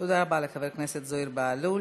תודה רבה לחבר הכנסת זוהיר בהלול.